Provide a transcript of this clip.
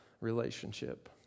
relationship